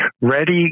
ready